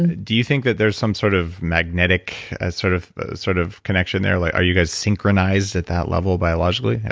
and do you think that there's some sort of magnetic sort of sort of connection there? like are you guys synchronized at that level biologically?